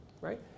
right